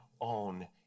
own